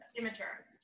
immature